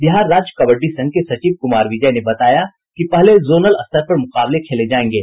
बिहार राज्य कबड्डी संघ के सचिव कुमार विजय ने बताया कि पहले जोनल स्तर के मुकाबले खेले जायेंगे